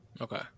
Okay